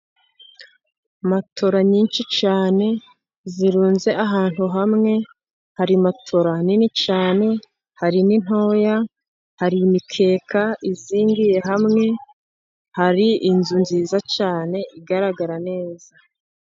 Matola nyinshi cyane zirunze ahantu hamwe, hari matola nini cyane hari n'intoya, hari imikeka izingiye hamwe, hari inzu nziza cyane igaragara neza.